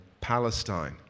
Palestine